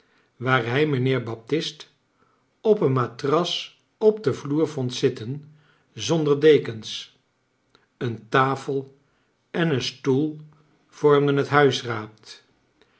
waar hij mijnheer baptist op een matras op den vloer vond zitten zonder dekens een tafel en een stoel vormden het